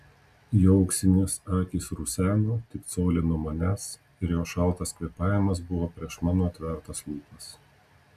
jo auksinės akys ruseno tik colį nuo manęs ir jo šaltas kvėpavimas buvo prieš mano atvertas lūpas